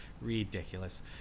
Ridiculous